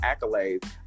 accolades